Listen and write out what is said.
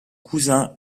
cousin